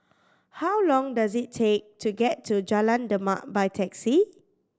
how long does it take to get to Jalan Demak by taxi